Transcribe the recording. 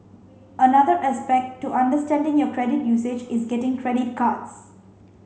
another aspect to understanding your credit usage is getting credit cards